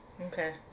Okay